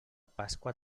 pasqua